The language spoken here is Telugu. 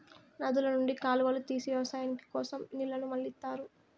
నదుల నుండి కాలువలు తీసి వ్యవసాయం కోసం నీళ్ళను మళ్ళిస్తారు